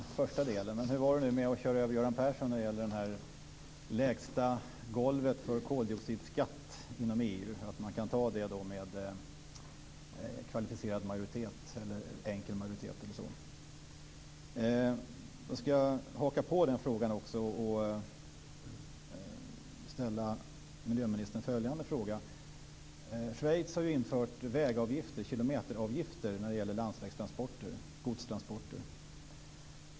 Fru talman! Det var svaret på den första frågan, men hur var det med att köra över Göran Persson när det gäller det lägsta golvet för koldioxidskatt inom EU, att man kan ta det med kvalificerad eller enkel majoritet? Jag ska haka på den frågan också och ställa en annan fråga till miljöministern. Schweiz har infört kilometeravgifter när det gäller landsvägstransporter och godstransporter.